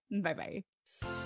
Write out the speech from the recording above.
Bye-bye